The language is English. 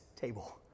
table